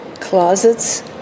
closets